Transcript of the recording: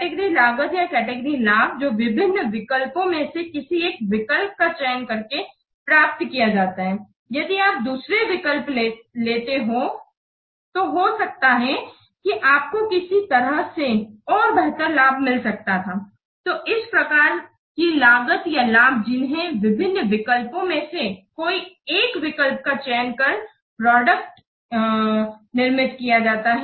category लागत या category लाभ जो विभिन्न विकल्पो में से किसे एक विकल्प का चयन करके प्राप्त किया जाता है यदि आप दुसरा विकल्प लेते तो हो सकता है कि आपको किसी तरह से और बेहतर लाभ मिल सकता थाl तो इस प्रकार की लागत या लाभ जिन्हें विभिन्न विकल्पो में से कोई एक विकल्प का चयन कर प्रोडक्ट न किया जाता है